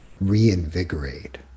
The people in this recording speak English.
reinvigorate